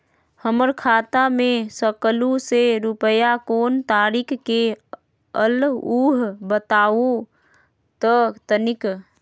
हमर खाता में सकलू से रूपया कोन तारीक के अलऊह बताहु त तनिक?